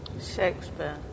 Shakespeare